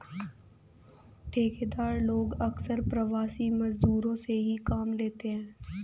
ठेकेदार लोग अक्सर प्रवासी मजदूरों से ही काम लेते हैं